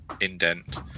indent